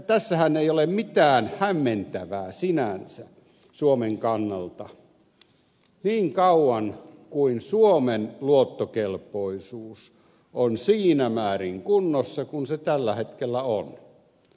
tässähän ei ole mitään hämmentävää sinänsä suomen kannalta niin kauan kuin suomen luottokelpoisuus on siinä määrin kunnossa kuin se tällä hetkellä on